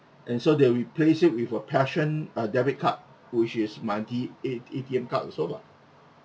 and so they'll replace it with a passion uh debit card which is my D eh A_T_M card also lah